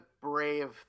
brave